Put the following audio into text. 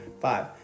five